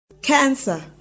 cancer